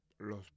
Los